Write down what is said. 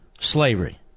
slavery